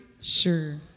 Sure